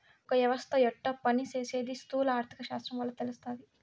ఒక యవస్త యెట్ట పని సేసీది స్థూల ఆర్థిక శాస్త్రం వల్ల తెలస్తాది